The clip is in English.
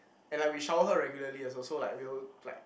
and like we shower her regularly also so like we'll like